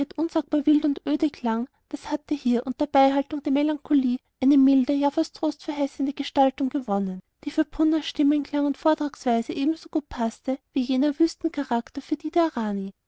unsagbar wild und öde klang das hatte hier unter beibehaltung der melancholie eine milde ja fast trostverheißende gestaltung gewonnen die für punnas stimmklang und vortragsweise ebenso gut paßte wie jener wüstencharakter für die der rani